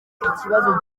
ikibazo